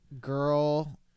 girl